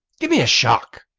gimme a shock.